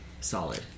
Solid